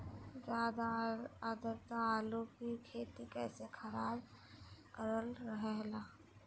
ज्यादा आद्रता आलू की खेती कैसे खराब कर रहे हैं?